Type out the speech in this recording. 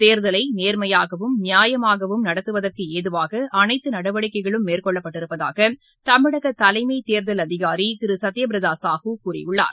தேர்தலை நேர்மையாகவும் நியாயமாகவும் நடத்துவதற்கும் ஏதுவாக அனைத்து நடவடிக்கைகளும் மேற்கொள்ளப்பட்டிருப்பதாக தமிழக தலைமை தேர்தல் அதிகாரி திரு சத்யபிரதா சாஹூ கூறியுள்ளார்